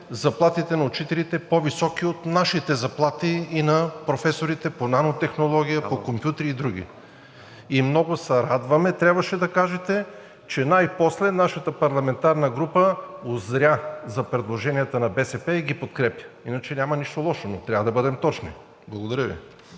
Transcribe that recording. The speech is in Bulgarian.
заплатите на учителите по-високи от нашите заплати и на професорите по нанотехнологии, по компютри и други. И много се радваме, трябваше да кажете, че най-после Вашата парламентарна група узря за предложенията на БСП и ги подкрепя. Иначе няма нищо лошо, но трябва да бъдем точни. Благодаря Ви.